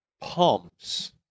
pumps